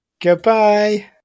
Goodbye